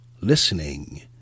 listening